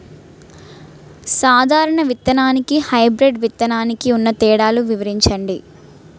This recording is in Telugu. సాధారణ విత్తననికి, హైబ్రిడ్ విత్తనానికి ఉన్న తేడాలను వివరించండి?